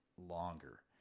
longer